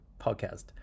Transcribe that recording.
podcast